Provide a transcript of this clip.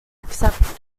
except